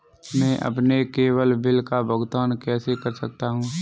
मैं अपने केवल बिल का भुगतान कैसे कर सकता हूँ?